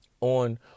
on